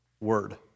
word